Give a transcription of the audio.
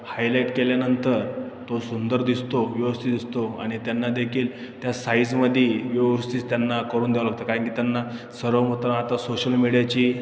highlight केल्यानंतर तो सुंदर दिसतो व्यवस्थित दिसतो आणि त्यांना देखील त्या साईजमध्ये व्यवस्थित त्यांना करून द्यावं लागतं कारण की त्यांना सर्व मात्र आता सोशल मीडियाची